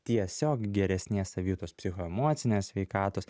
tiesiog geresnės savijautos psichoemocinės sveikatos